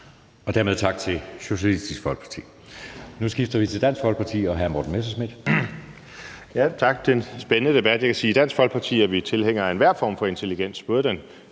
Dermed tak til Socialistisk Folkeparti. Nu skifter vi til Dansk Folkeparti og hr. Morten Messerschmidt.